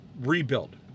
rebuild